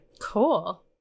Cool